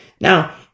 Now